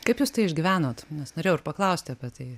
kaip jūs tai išgyvenot nes norėjau ir paklausti apie tai